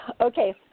Okay